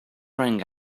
rang